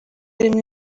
rimwe